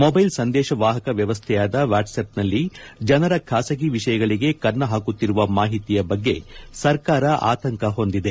ಮೊದ್ಲೆಲ್ ಸಂದೇಶ ವಾಹಕ ವ್ಲವಸ್ಥೆಯಾದ ವಾಟ್ಸ್ಆಸ್ನಲ್ಲಿ ಜನರ ಖಾಸಗಿ ವಿಷಯಗಳಿಗೆ ಕನ್ನ ಹಾಕುತ್ತಿರುವ ಮಾಹಿತಿಯ ಬಗ್ಗೆ ಸರ್ಕಾರ ಆತಂಕ ಹೊಂದಿದೆ